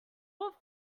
were